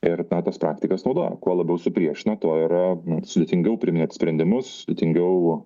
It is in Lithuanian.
ir na tas praktikas naudoja kuo labiau supriešina tuo yra sudėtingiau priiminėt sprendimus sudėtingiau